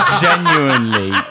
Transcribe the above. genuinely